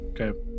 Okay